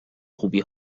خوبی